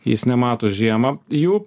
jis nemato žiemą jų